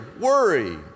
Worry